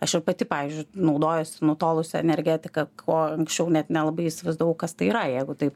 aš jau pati pavyzdžiui naudojuosi nutolusia energetika ko anksčiau net nelabai įsivaizdavau kas tai yra jeigu taip